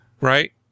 Right